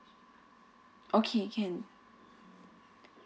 okay can